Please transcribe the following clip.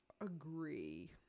agree